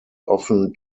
often